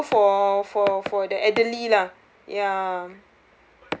and also for for for the elderly lah ya